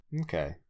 Okay